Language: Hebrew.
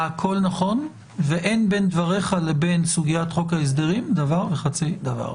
הכול נכון ואין בין דבריך לבין סוגיית חוק ההסדרים דבר וחצי דבר.